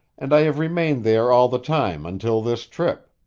and i have remained there all the time until this trip.